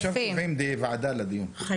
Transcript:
עכשיו קובעים ועדה לדיון, ועדת הכנסת.